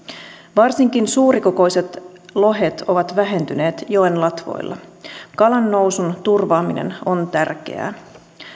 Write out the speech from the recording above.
varsinkin suurikokoiset lohet ovat vähentyneet joen latvoilla kalannousun turvaaminen on tärkeää